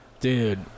Dude